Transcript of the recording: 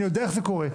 אני יודע איך זה קורה,